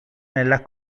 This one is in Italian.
nella